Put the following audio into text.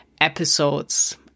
episodes